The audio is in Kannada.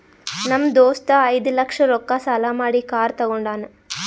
ನಮ್ ದೋಸ್ತ ಐಯ್ದ ಲಕ್ಷ ರೊಕ್ಕಾ ಸಾಲಾ ಮಾಡಿ ಕಾರ್ ತಗೊಂಡಾನ್